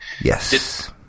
Yes